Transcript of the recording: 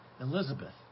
Elizabeth